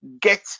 get